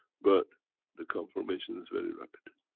but the confirmation is very rapid.